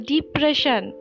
Depression